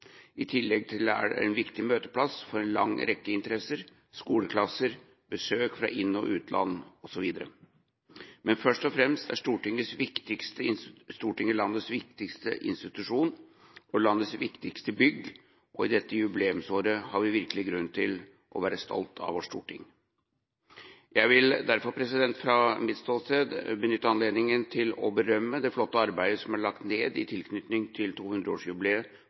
I tillegg er det en viktig møteplass for en lang rekke interesser: skoleklasser, besøk fra inn- og utland osv. Men først og fremst er Stortinget landets viktigste institusjon og landets viktigste bygg, og i dette jubileumsåret har vi virkelig grunn til å være stolte av vårt storting. Jeg vil derfor fra mitt ståsted benytte anledningen til å berømme det flotte arbeidet som er lagt ned i tilknytning til